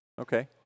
Okay